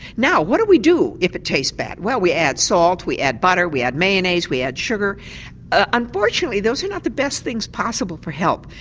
now what do we do if it tastes bad? well we add salt, we add butter, we add mayonnaise, we add sugar and unfortunately those are not the best things possible for health.